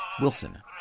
Wilson